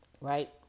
right